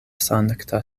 sankta